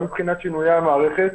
גם מבחינת שינויי המערכת,